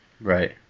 Right